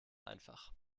einfach